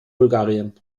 bulgarien